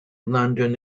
london